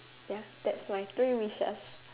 ya that's my three wishes